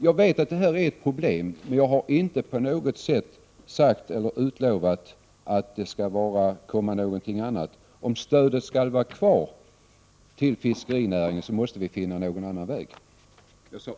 Jag vet att detta är ett problem, men jag har inte på något sätt utlovat att någonting annat skall komma i stället. Om stödet skall vara kvar för fiskerinäringen, måste vi finna någon annan väg — jag sade om.